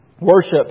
Worship